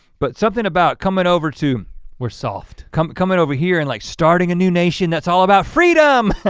but something about coming over to we're soft. coming coming over here and like starting a new nation that's all about freedom.